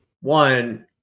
One